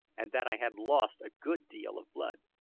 and that i had lost a good deal of blood.